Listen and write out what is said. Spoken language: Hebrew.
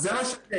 זה לא שווה.